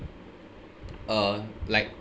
uh like